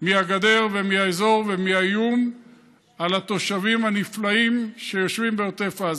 מהגדר ומהאזור ומהאיום על התושבים הנפלאים שיושבים בעוטף עזה.